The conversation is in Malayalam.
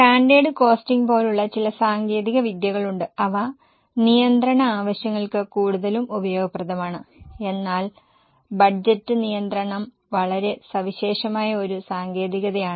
സ്റ്റാൻഡേർഡ് കോസ്റ്റിംഗ് പോലുള്ള ചില സാങ്കേതിക വിദ്യകളുണ്ട് അവ നിയന്ത്രണ ആവശ്യങ്ങൾക്ക് കൂടുതലും ഉപയോഗപ്രദമാണ് എന്നാൽ ബജറ്റ് നിയന്ത്രണം വളരെ സവിശേഷമായ ഒരു സാങ്കേതികതയാണ്